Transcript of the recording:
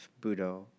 Budo